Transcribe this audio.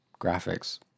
graphics